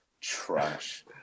trash